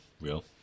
real